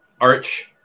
arch